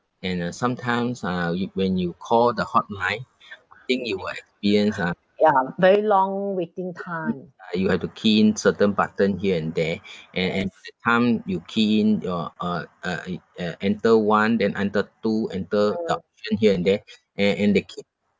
and uh sometimes uh you when you call the hotline I think you will experience ah ah you have to key in certain button here and there and and the time you key in your uh uh i~ uh enter one then enter two enter your option here and there a~ and they keep